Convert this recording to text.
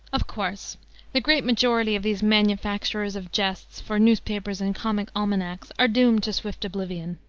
of course the great majority of these manufacturers of jests for newspapers and comic almanacs are doomed to swift oblivion.